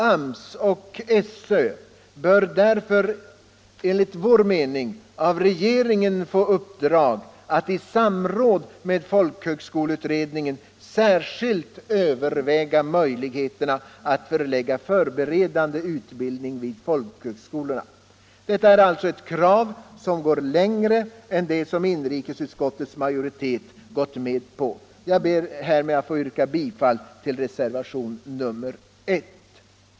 AMS och SÖ bör därför enligt vår mening av regeringen få i uppdrag att i samråd med folkhögskoleutredningen särskilt överväga möjligheterna att förlägga förberedande utbildning vid folkhögskolorna. Detta är alltså ett krav som går längre än det som inrikesutskottets majoritet gått med på. Jag ber härmed att få yrka bifall till reservationen 1.